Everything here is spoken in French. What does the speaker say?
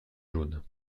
jaune